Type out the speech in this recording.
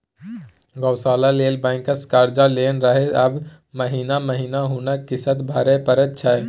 गौशाला लेल बैंकसँ कर्जा लेने रहय आब महिना महिना हुनका किस्त भरय परैत छै